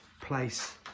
place